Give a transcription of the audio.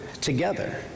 together